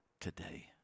today